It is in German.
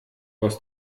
aus